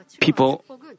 people